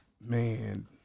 Man